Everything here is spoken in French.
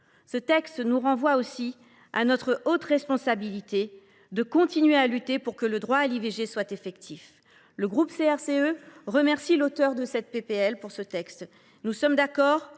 Ce texte nous renvoie aussi à notre haute responsabilité de continuer à lutter pour que le droit à l’IVG soit effectif. Le groupe CRCE K remercie l’auteure de cette proposition de loi. Nous sommes d’accord,